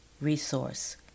resource